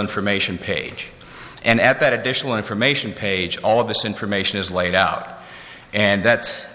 information page and at that additional information page all of this information is laid out and that